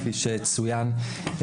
כפי שצוין,